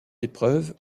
épreuves